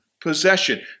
possession